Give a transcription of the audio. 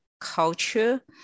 culture